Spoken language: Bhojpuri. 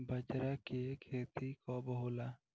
बजरा के खेती कब होला?